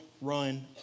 run